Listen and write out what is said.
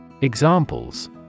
Examples